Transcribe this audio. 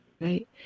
Right